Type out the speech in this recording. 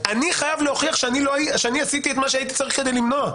אני חייב להוכיח שאני עשיתי את מה שהייתי צריך כדי למנוע.